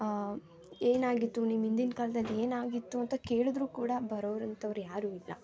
ಏನಾಗಿತ್ತು ನಿಮ್ಮ ಹಿಂದಿನ ಕಾಲ್ದಲ್ಲಿ ಏನಾಗಿತ್ತು ಅಂತ ಕೇಳಿದ್ರು ಕೂಡ ಬರೋರು ಅಂಥವರು ಯಾರೂ ಇಲ್ಲ